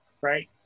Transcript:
right